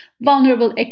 vulnerable